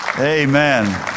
Amen